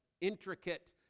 intricate